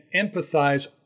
empathize